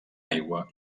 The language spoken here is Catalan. aigua